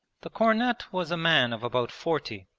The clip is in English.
the cornet was a man of about forty,